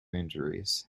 injuries